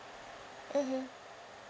mmhmm